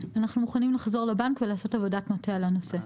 אנחנו מוכנים לחזור לבנק ולעשות עבודת מטה על הנושא.